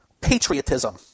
patriotism